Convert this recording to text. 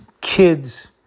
kids